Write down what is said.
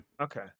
Okay